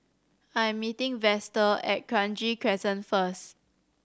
I'm meeting Vester at Kranji Crescent first